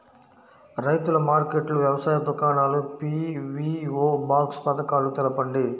రైతుల మార్కెట్లు, వ్యవసాయ దుకాణాలు, పీ.వీ.ఓ బాక్స్ పథకాలు తెలుపండి?